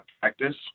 practice